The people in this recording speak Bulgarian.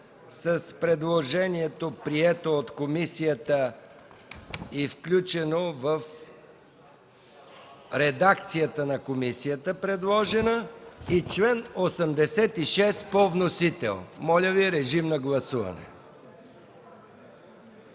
с предложението прието от комисията и включено в редакцията на комисията, и чл. 86 по вносител. Режим на гласуване.